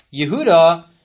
Yehuda